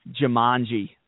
Jumanji